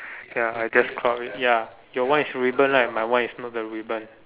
ya I just crop it ya your one is ribbon right my one is not the ribbon